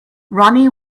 ronnie